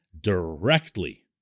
directly